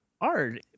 art